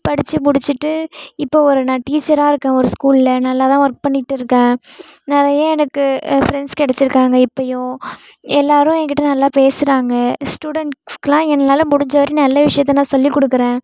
படித்து முடிச்சுட்டு இப்போது ஒரு நான் டீச்சராக இருக்கேன் ஒரு ஸ்கூலில் நல்லா தான் ஒர்க் பண்ணிட்டுருக்கேன் நிறைய எனக்கு ஃப்ரெண்ட்ஸ் கெடைச்சிருக்காங்க இப்போயும் எல்லோரும் எங்கிட்டே நல்லா பேசுகிறாங்க ஸ்டூடெண்ட்ஸுக்லாம் என்னால் முடிஞ்ச வரையும் நல்ல விஷயத்தை நான் சொல்லி குடுக்கிறேன்